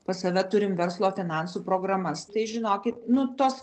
pas save turim verslo finansų programas tai žinokit nu tos